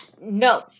no